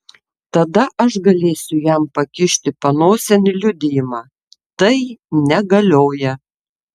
tada aš galėsiu jam pakišti panosėn liudijimą tai negalioja